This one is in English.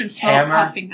hammer